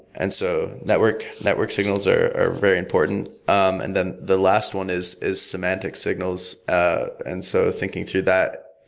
and so network network signals are are very important. um and then, the last one is is semantic signals. and so thinking through that,